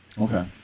Okay